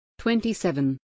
27